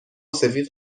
سفید